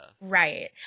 right